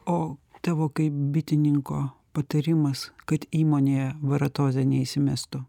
o tavo kaip bitininko patarimas kad įmonėje varatozė neįsimestų